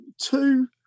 two